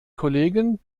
kollegen